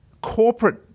corporate